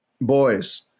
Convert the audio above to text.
Boys